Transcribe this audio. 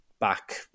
back